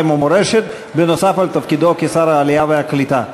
ומורשת נוסף על תפקידו כשר העלייה והקליטה.